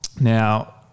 Now